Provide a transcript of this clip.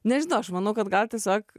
nežinau aš manau kad gal tiesiog